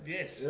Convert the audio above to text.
Yes